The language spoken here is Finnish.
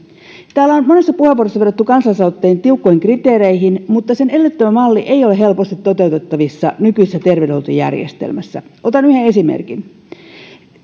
täällä on monessa puheenvuorossa vedottu kansalaisaloitteen tiukkoihin kriteereihin mutta sen edellyttämä malli ei ole helposti toteutettavissa nykyisessä terveydenhuoltojärjestelmässä otan yhden esimerkin